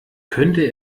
könnte